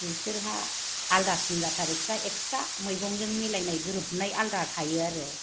बिसोरहा आलादासिन जाथारो बिस्रा एकस्रा मैगंजों मिलायनाय गोरोबनाय आलादा थायो आरो